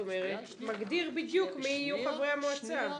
מגדיר בדיוק מי יהיו חברי המועצה.